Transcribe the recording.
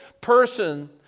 person